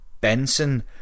Benson